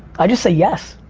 i just say yes,